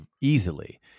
easily